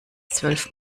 zwölf